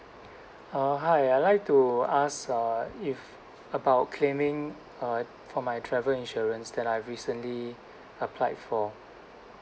uh hi I'd like to ask uh if about claiming uh for my travel insurance that I recently applied for